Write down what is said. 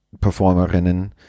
Performerinnen